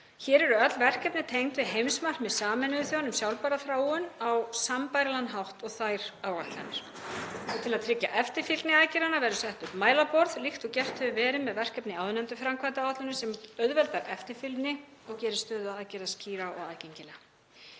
Hér eru öll verkefni tengd við heimsmarkmið Sameinuðu þjóðanna um sjálfbæra þróun á sambærilegan hátt og þær áætlanir. Til að tryggja eftirfylgni aðgerðanna verður sett upp mælaborð líkt og gert hefur verið með verkefni í áðurnefndum framkvæmdaáætlunum sem auðveldar eftirfylgni og gerir stöðu aðgerða skýra og aðgengilega.